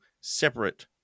separate